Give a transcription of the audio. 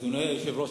אדוני היושב-ראש,